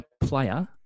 player